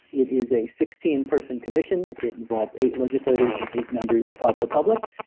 it is a sixteen person commission. it involves eight legislators and eight members of the public.